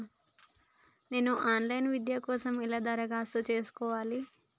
నేను online విద్య కోసం ఎలా దరఖాస్తు చేసుకోవాలి?